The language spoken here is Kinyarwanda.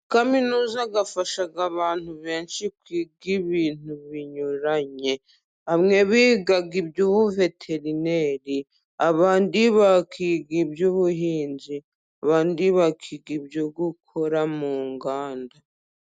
Kaminuza ifasha abantu benshi kwiga ibintu binyuranye, bamwe biga iby'ubuveterineri, abandi bakiga iby'ubuhinzi, abandi bakiga ibyo gukora mu nganda.